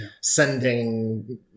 sending